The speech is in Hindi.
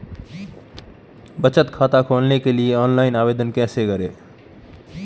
बचत खाता खोलने के लिए ऑनलाइन आवेदन कैसे करें?